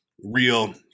real